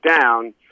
down